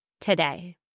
today